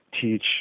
teach